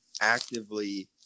actively